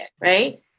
right